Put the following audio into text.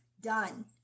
done